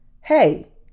hey